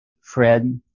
Fred